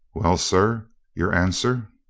well, sir, your answer?